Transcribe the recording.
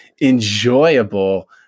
enjoyable